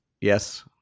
Yes